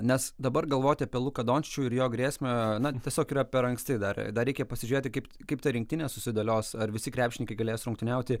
nes dabar galvoti apie luką dončičių ir jo grėsmę na tiesiog yra per anksti dar dar reikia pasižiūrėti kaip kaip ta rinktinė susidėlios ar visi krepšininkai galės rungtyniauti